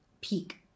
peak